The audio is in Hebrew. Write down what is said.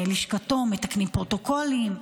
שבלשכתו מתקנים פרוטוקולים.